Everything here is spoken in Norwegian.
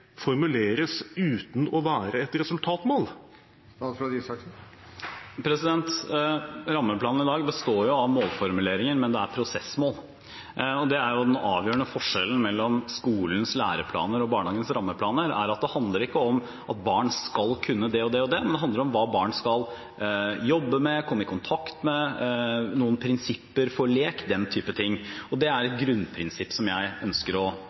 formuleres uten å være et resultatmål? Rammeplanen i dag består jo av målformuleringer, men det er prosessmål. Den avgjørende forskjellen mellom skolens læreplaner og barnehagens rammeplaner er at det handler ikke om at barn skal kunne det og det, det handler om hva barn skal jobbe med, komme i kontakt med, noen prinsipper for lek – den type ting – og det er et grunnprinsipp som jeg ønsker å